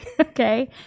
Okay